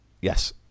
Yes